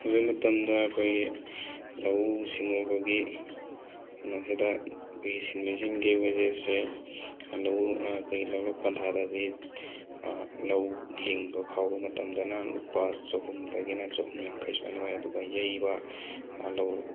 ꯍꯧꯖꯤꯛ ꯃꯇꯝꯗ ꯑꯩꯈꯣꯏꯒꯤ ꯂꯧꯎ ꯁꯤꯡꯎꯕꯒꯤ ꯀꯩꯅꯣꯁꯤꯗ ꯑꯩꯈꯣꯏꯒꯤ ꯁꯤꯟꯃꯤꯁꯤꯡꯒꯤ ꯋꯦꯖꯦꯁꯁꯦ ꯂꯧꯎ ꯑꯩꯈꯣꯏ ꯂꯧꯔꯣꯛ ꯄꯟꯊꯥꯗꯗꯤ ꯂꯧ ꯂꯤꯡꯕ ꯈꯥꯎꯕ ꯃꯇꯝꯗꯅ ꯂꯨꯄꯥ ꯆꯍꯨꯝꯗꯒꯤꯅ ꯆꯍꯨꯝ ꯌꯥꯡꯈꯩ ꯁꯨꯃꯥꯏꯅ ꯑꯣꯏ ꯑꯗꯨꯒ ꯌꯩꯕ ꯂꯧ